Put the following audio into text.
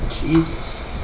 Jesus